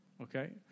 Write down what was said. Okay